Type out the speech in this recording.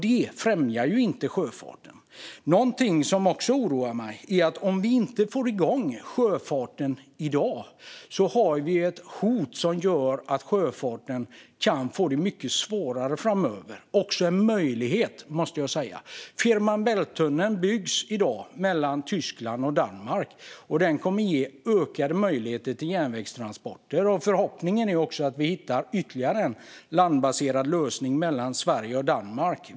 Det främjar ju inte sjöfarten. Någon som också oroar mig är att om vi inte får igång sjöfarten i dag har vi ett hot som gör att sjöfarten kan få det mycket svårare framöver. Det är också en möjlighet, måste jag säga. Fehmarn Bält-tunneln byggs i dag mellan Tyskland och Danmark. Den kommer att ge ökade möjligheter till järnvägstransporter. Förhoppningen är också att vi hittar ytterligare en landbaserad lösning mellan Sverige och Danmark.